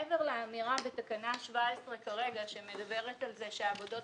מעבר לאמירה בתקנה 17 כרגע שמדברת על זה שהעבודות